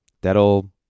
that'll